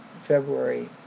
February